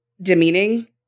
demeaning